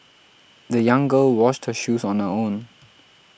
the young girl washed her shoes on her own